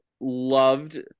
loved